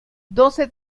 doce